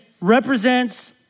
represents